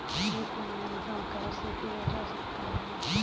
कीट पर नियंत्रण कैसे किया जा सकता है?